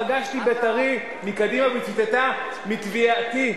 פגשה בית"רי מקדימה והיא ציטטה מ"תביעתי",